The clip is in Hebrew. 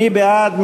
מי בעד?